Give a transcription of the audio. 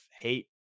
hate